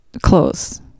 clothes